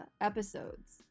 episodes